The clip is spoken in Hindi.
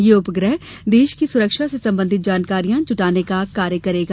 यह उपग्रह देश की सुरक्षा से संबंधित जानकारियां जुटाने का कार्य करेगा